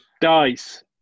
dice